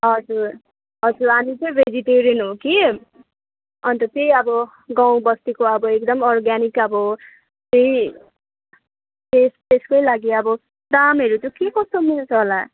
हजुर हजुर हामी चाहिँ भेजिटेरियन हो कि अन्त त्यही अब गाउँ बस्तीको आबो एकदम अर्ग्यानिक अब त्यही त्यसकै लागि अब दामहरू चाहिँ के कस्तो मिल्छ होला